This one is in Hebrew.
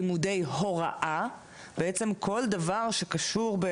לימודי הוראה ובעצם כל דבר שקשור.